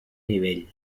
nivell